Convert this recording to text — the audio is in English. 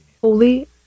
holy